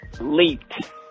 leaked